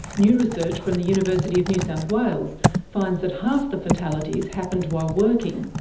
new research from the university of new south wales finds that half the fatalities happened while working,